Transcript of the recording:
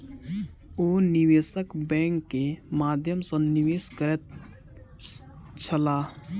ओ निवेशक बैंक के माध्यम सॅ निवेश करैत छलाह